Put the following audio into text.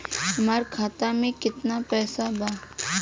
हमार खाता में केतना पैसा बा?